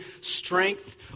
strength